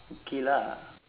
okay lah